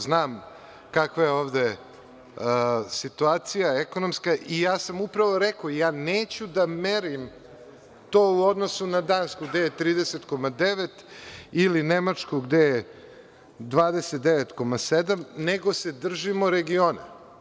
Znam kakva je ovde situacija ekonomska i ja sam upravo rekao – ja neću da merim to u odnosu na Dansku gde je 30,9 ili Nemačku gde je 29,7, nego se držimo regiona.